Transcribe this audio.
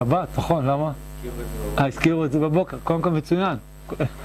הבאת, נכון, למה? הזכירו את זה בבוקר הזכירו את זה בבוקר, קודם כל מצוין